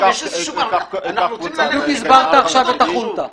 בדיוק הסברת עכשיו את החונטה.